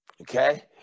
Okay